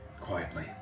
Quietly